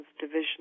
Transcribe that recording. Division